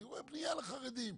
אני רואה בנייה לחרדים.